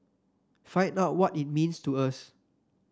find out what it means to us